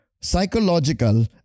psychological